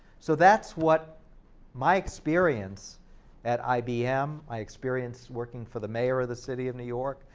so that's what my experience at ibm, my experience working for the mayor of the city of new york,